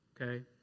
Okay